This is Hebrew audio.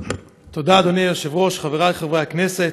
תודה, אדוני היושב-ראש, חברי חברי הכנסת,